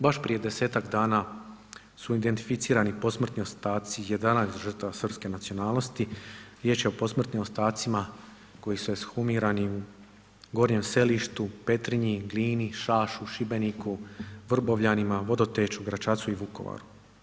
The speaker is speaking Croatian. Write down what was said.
Baš prije 10-tak dana su identificirani posmrtni ostaci 11 žrtava srpske nacionalnosti, riječ je posmrtnim ostacima koji su ekshumirani u Gornjem Selištu, Petrinji, Glini, Šašu, Šibeniku, Vrbovljanima, Vodoteću, Gračacu i Vukovaru.